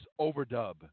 Overdub